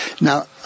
Now